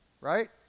right